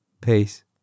Peace